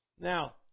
Now